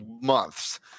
months